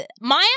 Maya